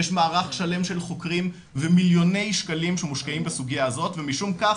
יש מערך שלם של חוקרים ומיליוני שקלים שמושקעים בסוגייה הזאת ומשום כך,